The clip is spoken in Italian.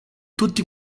tutti